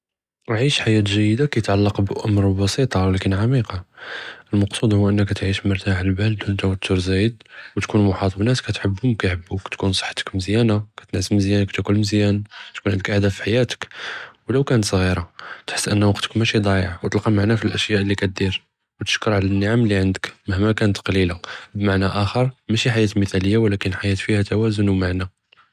עִיש חייאה ג'יידה, כיתעלקּ באמואר בסיטה ו ولكין עמיקה. אלמקְסוּד הו אנכּ תעִיש מרתאח אלבּאל בְּלָא תּוּתר זאיד, ו תיכון מחָאטּ בנאס כתחבּהם ו כיחבּוכ, תיכון סחיתכ מזיאן, כִתנַעס מזיאן, כתחַקל מזיאן, תיכון ענדכ עֻדַאת פי חייאתכ ו לו כנת סג'ירה, תחס אנ ואקטכ מאשי דַאיְע, ו תלְקָא מַעְנַא פי אלאשיא' אללי כדיר, ו תשכּר עלא אלנְעַם אללי ענדכ, مهما كانت קְלִילה, בִּמַעְנַא אחר מאשי חייאה מת'אליה ו ولكין חייאה פיה תַוַזוּן ו מַעְנַא.